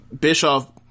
Bischoff